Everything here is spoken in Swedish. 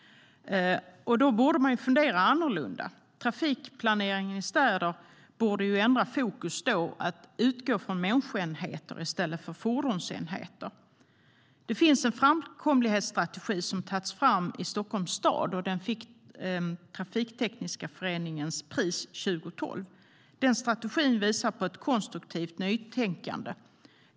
Då borde man fundera annorlunda. Trafikplaneringen i städer borde ändra fokus och utgå från människoenheter i stället för fordonsenheter. Det finns en framkomlighetsstrategi som har tagits fram i Stockholms stad. Den fick Trafiktekniska Föreningens pris 2012. Den strategin visar på ett konstruktivt nytänkande.